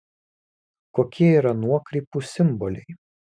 kokie yra nuokrypų simboliai